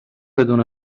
بدون